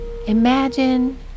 Imagine